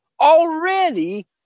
already